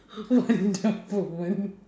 wonder woman